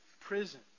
prison